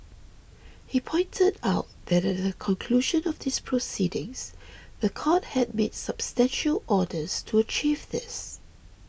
he pointed out that at the conclusion of these proceedings the court had made substantial orders to achieve this